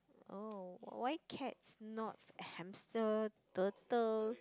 oh why cats not hamster turtle